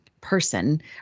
person